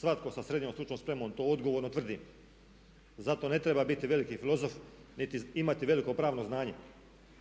svatko sa srednjom stručnom spremom. To odgovorno tvrdim. Zato ne treba biti veliki filozof niti imati veliko pravno znanje